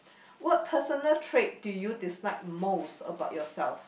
what personal trait do you dislike most about yourself